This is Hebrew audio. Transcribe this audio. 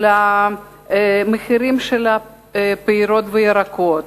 של מחירי הפירות וירקות,